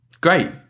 Great